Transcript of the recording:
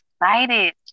excited